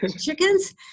chickens